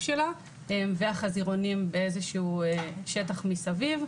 שלה והחזירונים באיזה שהוא שטח מסביב.